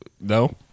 No